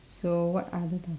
so what other top~